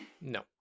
No